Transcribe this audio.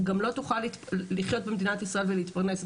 גם לא תוכל לחיות במדינת ישראל ולהתפרנס.